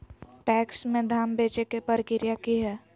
PACS में धाम बेचे के प्रक्रिया की हय?